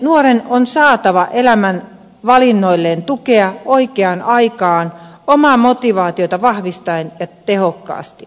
nuoren on saatava elämänvalinnoilleen tukea oikeaan aikaan omaa motivaatiota vahvistaen ja tehokkaasti